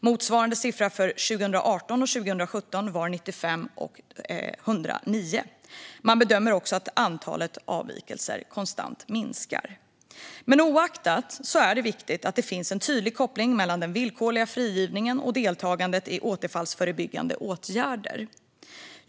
Motsvarande siffra för 2018 och 2017 var 95 och 109. Man bedömer att antalet avvikelser konstant minskar. Oaktat detta är det viktigt att det finns en tydlig koppling mellan den villkorliga frigivningen och deltagandet i återfallsförebyggande åtgärder.